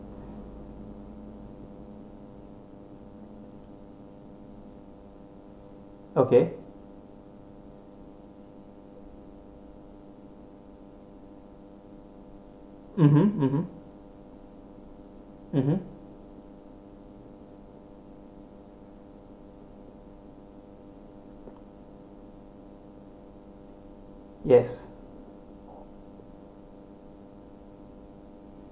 okay mmhmm yes